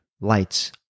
lights